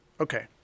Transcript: Okay